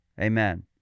Amen